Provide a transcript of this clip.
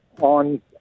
on